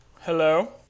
hello